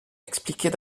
expliqués